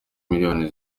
miliyoni